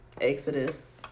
Exodus